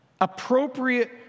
appropriate